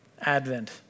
Advent